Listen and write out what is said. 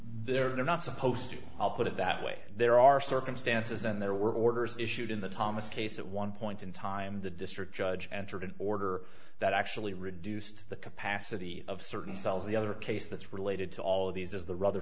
center they're not supposed to put it that way there are circumstances and there were orders issued in the thomas case at one point in time the district judge entered an order that actually reduced the capacity of certain cells the other case that's related to all of these as the rather